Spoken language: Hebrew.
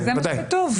אבל זה מה שכתוב.